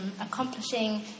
accomplishing